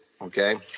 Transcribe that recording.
okay